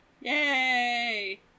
Yay